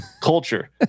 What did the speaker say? culture